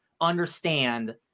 understand